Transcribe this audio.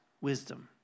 Wisdom